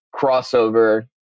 crossover